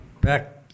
back